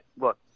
look